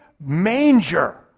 manger